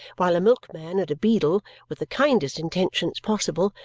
while a milkman and a beadle, with the kindest intentions possible,